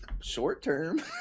short-term